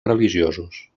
religiosos